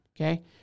okay